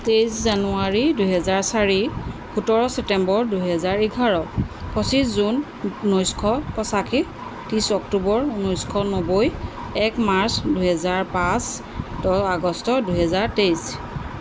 তেইছ জানুৱাৰী দুহেজাৰ চাৰি সোতৰ ছেপ্টেম্বৰ দুহেজাৰ এঘাৰ পঁচিছ জুন ঊনৈছশ পঁচাশী ত্ৰিছ অক্টোবৰ ঊনৈছশ নব্বৈ এক মাৰ্চ দুহেজাৰ পাঁচ দহ আগষ্ট দুহেজাৰ তেইছ